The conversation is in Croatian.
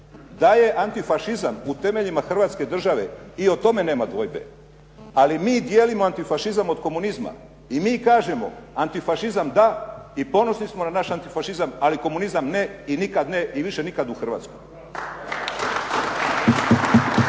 Da je antifašizam u temeljima Hrvatske države i o tome nema dvojbe, ali mi dijelimo antifašizam od komunizma i mi kažemo, antifašizam da i ponosni smo na naš antifašizam, ali komunizam ne i nikad ne i više nikad u Hrvatskoj.